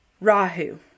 Rahu